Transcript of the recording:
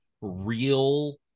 real